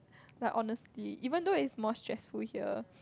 like honestly even though is more stressful here